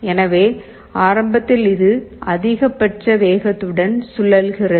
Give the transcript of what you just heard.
எனவே ஆரம்பத்தில் இது அதிகபட்ச வேகத்துடன் சுழல்கிறது